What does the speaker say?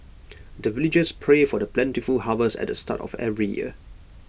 the villagers pray for the plentiful harvest at the start of every year